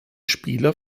spieler